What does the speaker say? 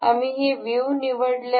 आम्ही हे व्ह्यू निवडले आहे